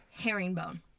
Herringbone